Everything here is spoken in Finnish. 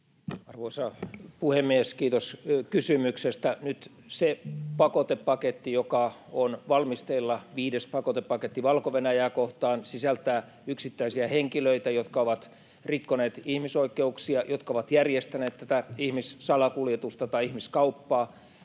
Arvoisa puhemies! Kiitos kysymyksestä. Nyt se pakotepaketti, joka on valmisteilla — viides pakotepaketti Valko-Venäjää kohtaan — sisältää yksittäisiä henkilöitä, jotka ovat rikkoneet ihmisoikeuksia, jotka ovat järjestäneet ihmissalakuljetusta — tai ihmiskauppaa